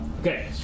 Okay